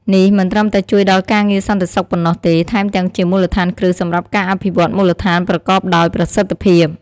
នេះមិនត្រឹមតែជួយដល់ការងារសន្តិសុខប៉ុណ្ណោះទេ ថែមទាំងជាមូលដ្ឋានគ្រឹះសម្រាប់ការអភិវឌ្ឍមូលដ្ឋានប្រកបដោយប្រសិទ្ធភាព។